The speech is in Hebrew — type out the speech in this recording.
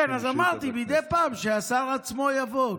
אמרתי, מדי פעם שהשר עצמו יבוא.